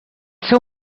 seu